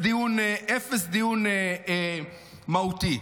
אפס דיון מהותי.